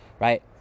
Right